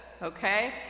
Okay